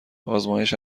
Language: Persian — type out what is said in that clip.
آزمایش